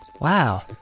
Wow